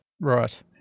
right